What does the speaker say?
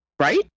Right